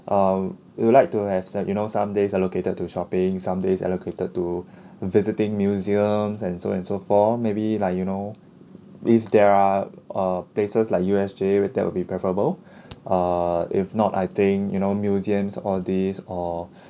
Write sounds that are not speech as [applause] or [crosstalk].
uh we would like to have se~ you know some days allocated to shopping some days allocated to [breath] visiting museums and so and so forth maybe like you know if there are uh places like U_S_J with that would be preferable [breath] ah if not I think you know museums all these or